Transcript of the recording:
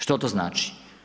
Što to znači?